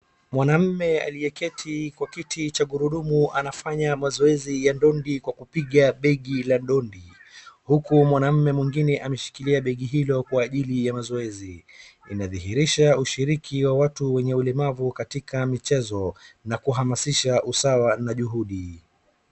Mwanaume aliyeketi kwa kiti cha gurudumu anafanya mazoezi ya dondi kwa kupiga begi la dondi huku mwanaume mwingine ameshikilia begi hilo kwa ajili ya mazoezi, inadhihirisha ushuriki wa watu wenye ulemavu katika michezo na kuhamasisha usawa na juhudi.